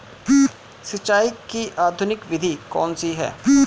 सिंचाई की आधुनिक विधि कौन सी है?